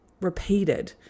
repeated